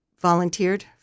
volunteered